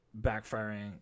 backfiring